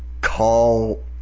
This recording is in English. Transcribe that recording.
call